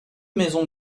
maisons